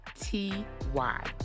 T-Y